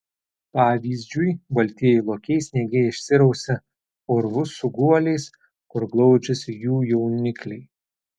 pavyzdžiui baltieji lokiai sniege išsirausia urvus su guoliais kur glaudžiasi jų jaunikliai